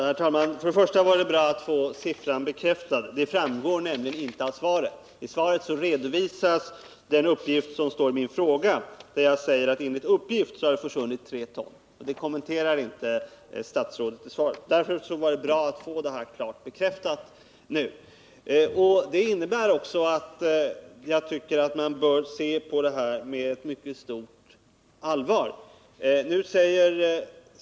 Herr talman! Först och främst var det bra att få siffran bekräftad. I svaret redovisas bara den uppgift jag lämnar i min fråga, där jag säger att det enligt uppgift har försvunnit 3 ton uran. Det kommenterar inte statsrådet i svaret. Därför var det bra att få siffran klart bekräftad. Jag tycker att man bör se på detta med mycket stort allvar.